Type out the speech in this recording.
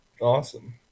awesome